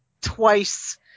twice